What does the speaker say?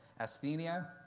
asthenia